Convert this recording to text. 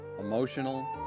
emotional